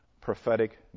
prophetic